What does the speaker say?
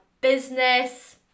business